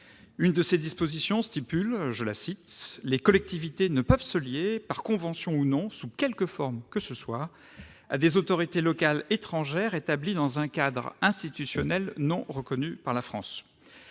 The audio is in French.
une de ses dispositions, « les collectivités ne peuvent se lier, par convention ou non, sous quelque forme que ce soit, à des autorités locales étrangères établies dans un cadre institutionnel non reconnu par la France ».